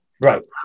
Right